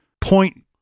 point